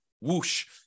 Whoosh